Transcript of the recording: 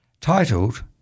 titled